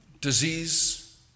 disease